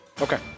Okay